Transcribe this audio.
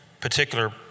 particular